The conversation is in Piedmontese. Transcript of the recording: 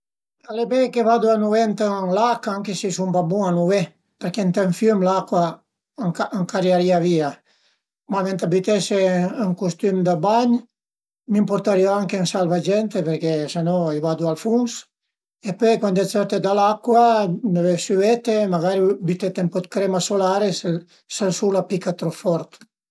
Al e mei che vadu nué ënt ün lach anche se sun pa bun a nué perché ënt ün fiüm l'acua a m'cariarìa via, ma venta bütese ün custum da bagn, mi m'purtarìu anche ün salvagente perché se no i vadu al funs e pöi cuand t'sõrte da l'acua deve süete e magara bütete ën po dë crema solare s'ël sul a pica trop fort